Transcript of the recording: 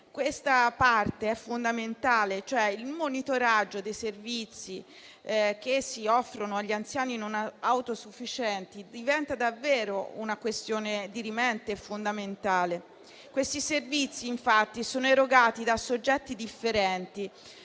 questa parte è fondamentale. Il monitoraggio dei servizi che si offrono agli anziani non autosufficienti diventa davvero una questione dirimente e fondamentale. Questi servizi infatti sono erogati da soggetti differenti.